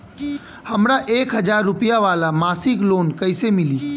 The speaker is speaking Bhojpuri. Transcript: हमरा एक हज़ार रुपया वाला मासिक लोन कईसे मिली?